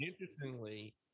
interestingly